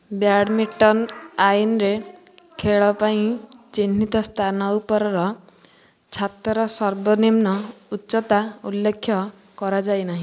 badminton ଆଇନରେ ଖେଳ ପାଇଁ ଚିହ୍ନିତ ସ୍ଥାନ ଉପରର ଛାତର ସର୍ବନିମ୍ନ ଉଚ୍ଚତା ଉଲ୍ଲେଖ କରାଯାଇନାହିଁ